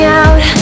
out